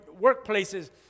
workplaces